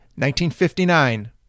1959